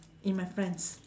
in my friends